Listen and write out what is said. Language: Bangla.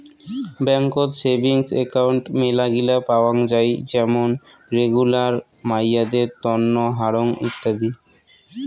বেংকত সেভিংস একাউন্ট মেলাগিলা পাওয়াং যাই যেমন রেগুলার, মাইয়াদের তন্ন, হারং ইত্যাদি